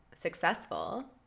successful